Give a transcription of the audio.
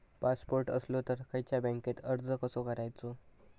Passport असलो तर खयच्या बँकेत अर्ज कसो करायचो?